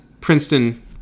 Princeton